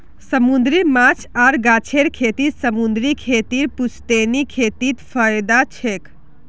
समूंदरी माछ आर गाछेर खेती समूंदरी खेतीर पुश्तैनी खेतीत फयदा छेक